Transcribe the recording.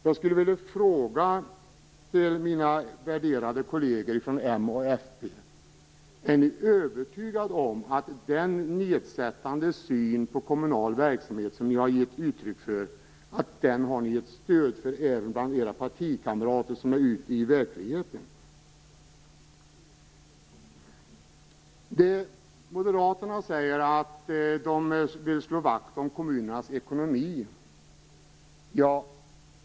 Jag vill fråga mina värderade kolleger från Moderaterna och Folkpartiet: Är ni övertygade om att ni även bland era partikamrater som är ute i verkligheten har stöd för den nedsättande syn på kommunal verksamhet som ni har gett uttryck för? Moderaterna säger att de vill slå vakt om kommunernas ekonomi.